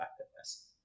effectiveness